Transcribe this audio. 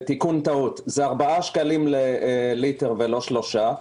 תיקון טעות זה 4 שקלים לליטר ולא שלושה,